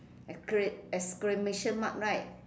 excla~ exclamation mark right